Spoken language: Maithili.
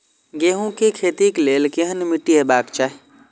गेहूं के खेतीक लेल केहन मीट्टी हेबाक चाही?